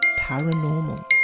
paranormal